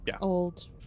old